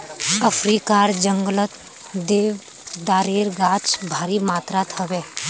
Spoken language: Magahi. अफ्रीकार जंगलत देवदारेर गाछ भारी मात्रात ह बे